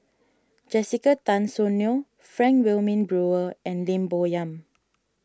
Jessica Tan Soon Neo Frank Wilmin Brewer and Lim Bo Yam